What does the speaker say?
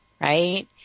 Right